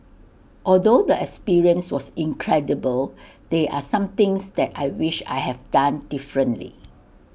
although the experience was incredible they are some things that I wish I have done differently